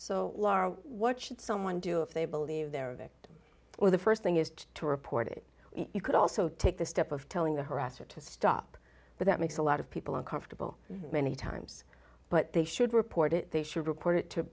so what should someone do if they believe they're a victim or the first thing is to report it you could also take the step of telling the harasser to stop but that makes a lot of people uncomfortable many times but they should report it they should report it to